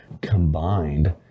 combined